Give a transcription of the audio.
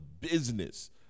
business